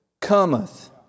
cometh